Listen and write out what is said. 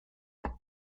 her